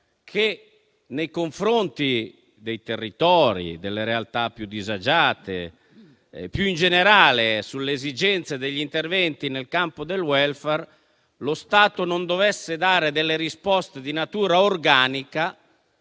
che nei confronti dei territori, delle realtà più disagiate e, più in generale, sulle esigenze degli interventi nel campo del *welfare*, lo Stato non dovesse dare delle risposte di natura organica